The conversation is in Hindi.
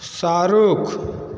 शाहरुख़